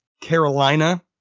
Carolina